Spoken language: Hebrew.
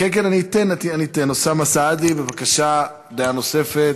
אוסאמה סעדי, בבקשה, דעה נוספת.